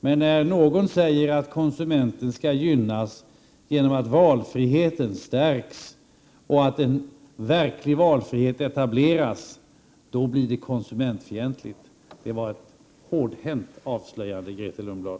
Men när någon säger att konsumenten skall gynnas genom att valfriheten stärks och att en verklig valfrihet etableras, då blir det konsumentfientligt! Det var ett hårdhänt avslöjande, Grethe Lundblad.